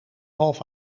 half